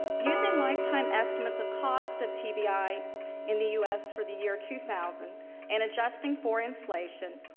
using lifetime estimates of cost of tbi in the u s. for the year two thousand and ajusting for inflation,